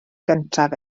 gyntaf